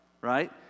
right